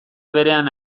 berean